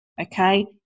Okay